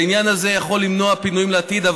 העניין הזה יכול למנוע פינויים לעתיד,